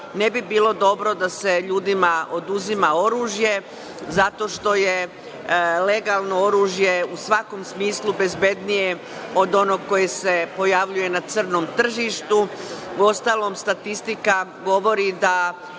ne bi bilo dobro da se ljudima oduzima oružje, zato što je legalno oružje u svakom smislu bezbednije od onog koje se pojavljuje na crnom tržištu. Uostalom, statistika govori da